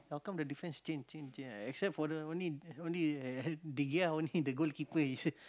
how come the difference change change change except for the only only eh de Gea only the goalkeeper he say